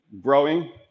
growing